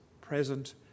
present